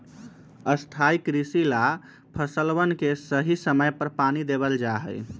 स्थाई कृषि ला फसलवन के सही समय पर पानी देवल जा हई